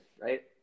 right